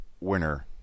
winner